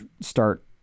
start